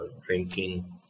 drinking